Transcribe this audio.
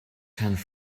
hands